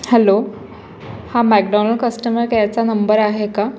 hello हा McDonald customer केअरचा नंबर आहे का